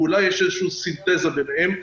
אולי יש איזו סינתזה ביניהן.